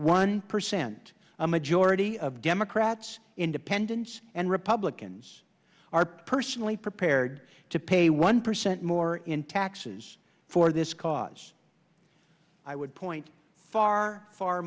one percent a majority of democrats independents and republicans are personally prepared to pay one percent more in taxes for this cause i would point far far